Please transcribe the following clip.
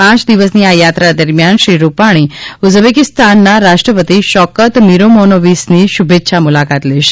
પાંચ દિવસની આ યાત્રા દરમિયાન શ્રી રૂપાણી ઉઝબેકીસ્તાનના રાષ્ટ્રપતિ શૌકત મિરોમોનોવિસની શુભેચ્છા મુલાકાત લેશે